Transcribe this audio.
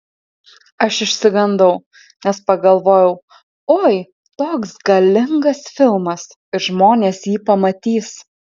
aš išsigandau nes pagalvojau oi toks galingas filmas ir žmonės jį pamatys